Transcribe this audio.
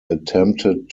attempted